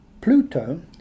Pluto